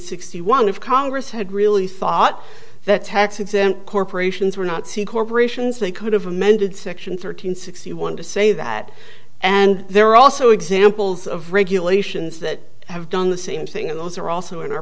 sixty one if congress had really thought that tax exempt corporations were not seeing corporations they could have amended section thirteen sixty one to say that and there are also examples of regulations that have done the same thing and those are also in our